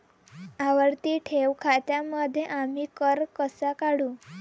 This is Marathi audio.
आवर्ती ठेव खात्यांमध्ये आम्ही कर कसा काढू?